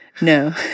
No